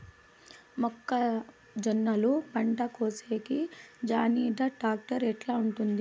మొక్కజొన్నలు పంట కోసేకి జాన్డీర్ టాక్టర్ ఎట్లా ఉంటుంది?